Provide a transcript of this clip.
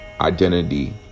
identity